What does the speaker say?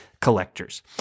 collectors